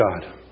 God